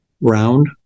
round